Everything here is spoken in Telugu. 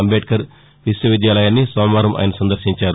అంబేడ్కర్ విశ్వవిద్యాలయాన్ని సోమవారం ఆయన సందర్శించారు